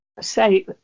say